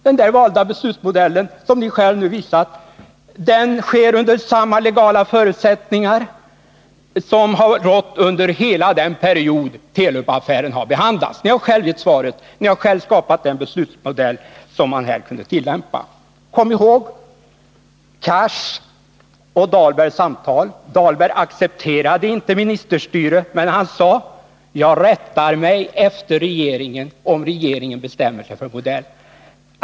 Den här beslutsmodellen, som ni själva har valt, gäller under samma legala förutsättningar som har rått under hela den period Telub-affären har behandlats. Ni har själva gett svaret, ni har själva skapat den beslutsmodell som man här kunde tillämpa. Kom ihåg Hadar Cars och Benkt Dahlbergs samtal! Benkt Dahlberg accepterade inte ministerstyre, men han sade: Jag rättar mig efter regeringen, om regeringen bestämmer sig för att stoppa affären.